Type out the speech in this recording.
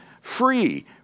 free